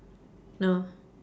oh